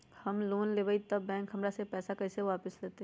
हम लोन लेलेबाई तब बैंक हमरा से पैसा कइसे वापिस लेतई?